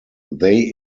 they